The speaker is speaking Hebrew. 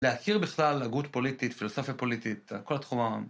להכיר בכלל הגות פוליטית, פילוסופיה פוליטית, כל התחום ה...